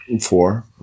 four